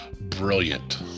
Brilliant